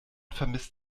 vermisst